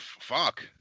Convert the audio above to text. Fuck